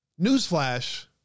Newsflash